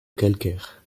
calcaire